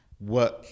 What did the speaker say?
Work